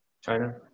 China